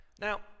Now